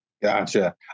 Gotcha